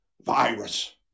virus